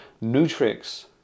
Nutrix